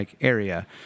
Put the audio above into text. area